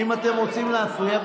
אם אתם רוצים להפריע,